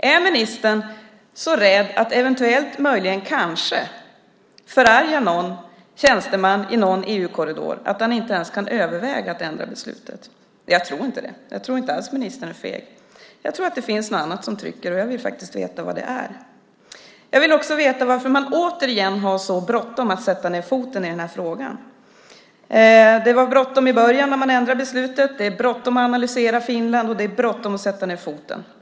Är ministern så rädd att eventuellt, möjligen, kanske förarga någon tjänsteman i någon EU-korridor att han inte ens kan överväga att ändra beslutet? Jag tror inte det - jag tror inte alls att ministern är feg. Jag tror att det är något annat som trycker, och jag vill veta vad det är. Jag vill också veta varför man återigen har så bråttom att sätta ned foten i den här frågan. Det var bråttom i början, när man ändrade beslutet. Det är bråttom att analysera Finland, och det är bråttom att sätta ned foten.